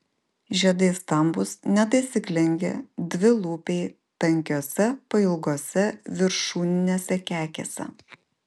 žiedai stambūs netaisyklingi dvilūpiai tankiose pailgose viršūninėse kekėse